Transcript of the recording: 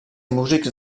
músics